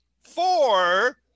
four